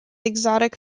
exotic